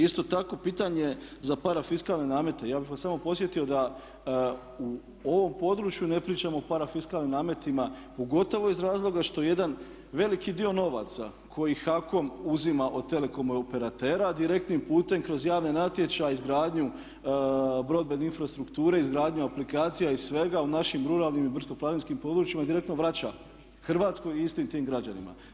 Isto tako pitanje za parafiskalne namete, ja bih vas samo podsjetio da u ovom području ne pričamo o parafiskalnim nametima pogotovo iz razloga što jedan veliki dio novaca koji HAKOM uzima od telekom operatera direktnim putem kroz javne natječaje, izgradnju broadband infrastrukture, izgradnju aplikacija i svega u našim ruralnim i brdsko-planinskim područjima direktno vraća Hrvatskoj i istim tim građanima.